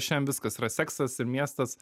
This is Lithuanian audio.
šiandien viskas yra seksas ir miestas